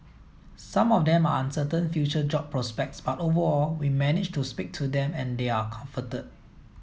some of them are uncertain future job prospects but overall we managed to speak to them and they are comforted